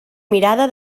mirada